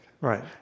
Right